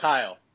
Kyle